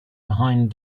behind